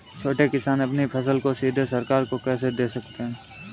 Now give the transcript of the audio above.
छोटे किसान अपनी फसल को सीधे सरकार को कैसे दे सकते हैं?